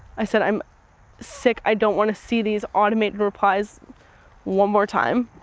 i said, i'm sick. i don't want to see these automated replies one more time.